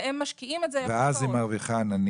והם משקיעים את זה ב --- ואז היא מרוויחה נניח,